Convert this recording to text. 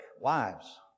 Wives